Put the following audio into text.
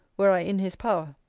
were i in his power.